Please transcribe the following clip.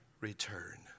return